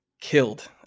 killed